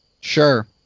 Sure